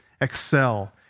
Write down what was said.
excel